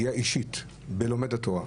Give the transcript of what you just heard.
פגיעה אישית בלומד התורה,